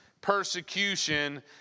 persecution